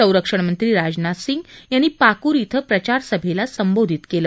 संरक्षणमंत्री राजनाथ सिंग यांनी पाकुर धिं प्रचारसभेला संबोधित केलं